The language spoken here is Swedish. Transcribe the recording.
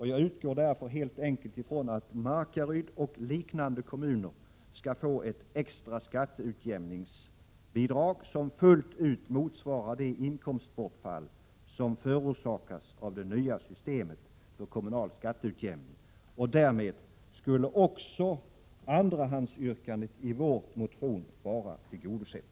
Jag utgår därför helt enkelt ifrån att Markaryd och liknande kommuner skall få ett extra skatteutjämningsbidrag som fullt ut motsvarar det inkomstbortfall som förorsakas av det nya systemet för kommunal skatteutjämning. Därmed skulle också andrahandsyrkandet i vår motion vara tillgodosett.